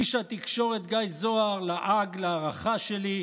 איש התקשורת גיא זוהר לעג להערכה שלי.